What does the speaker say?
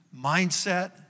mindset